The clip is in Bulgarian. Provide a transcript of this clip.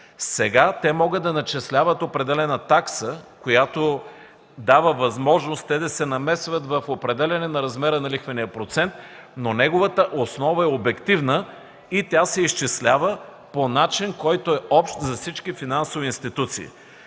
те могат да начисляват определена такса, която дава възможност да се намесват в определянето на размера на лихвения процент, но основата му е обективна и се изчислява по общ начин за всички финансови институции.